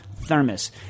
thermos